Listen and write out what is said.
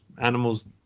animals